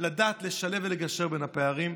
לדעת לשלב ולגשר בין הפערים.